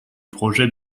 projet